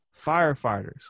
firefighters